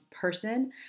person